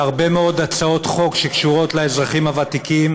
והרבה מאוד הצעות חוק שקשורות לאזרחים הוותיקים